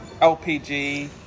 LPG